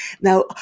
Now